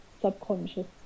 subconscious